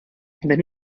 wenn